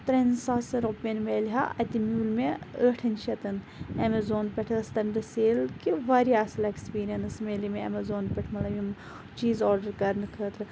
تریٚن ساسَن رۄپیَن میلہا اَتہِ میٚوٗل مےٚ ٲٹھَن شیٚتَن اَمیزان پٮ۪ٹھ ٲسۍ تمہِ دۄہ سیل کہِ واریاہ اَصل ایٚکٕسپیٖریَنٕس میلے مےٚ اَمیزان پٮ۪ٹھِ مَطلَب یِم چیٖز آرڈَر کَرنہٕ خٲطرٕ